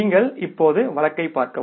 நீங்கள் இப்போது வழக்கைப் பார்க்கவும்